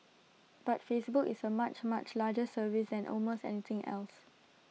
but Facebook is A much much larger service than almost anything else